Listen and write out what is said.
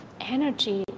energy